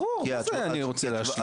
ברור, מה זה אני רוצה להשלים?